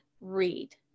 read